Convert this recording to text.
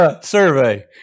Survey